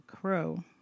Crow